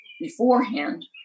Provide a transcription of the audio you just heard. beforehand